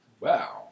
Wow